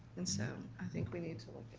and so i think we need to look